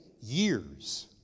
years